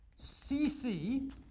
CC